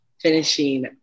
finishing